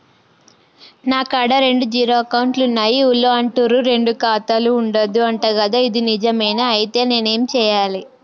నా కాడా రెండు జీరో అకౌంట్లున్నాయి ఊళ్ళో అంటుర్రు రెండు ఖాతాలు ఉండద్దు అంట గదా ఇది నిజమేనా? ఐతే నేనేం చేయాలే?